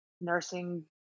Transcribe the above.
nursing